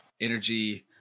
energy